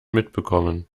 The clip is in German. mitbekommen